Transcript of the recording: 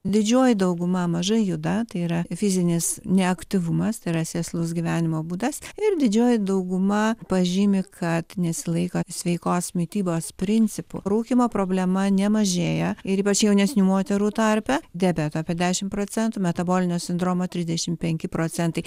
didžioji dauguma mažai juda tai yra fizinis neaktyvumas yra sėslus gyvenimo būdas ir didžioji dauguma pažymi kad nesilaiko sveikos mitybos principų rūkymo problema nemažėja ir ypač jaunesnių moterų tarpe diabeto apie dešimt procentų metabolinio sindromo trisdešimt penki procentai